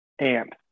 amp